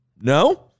No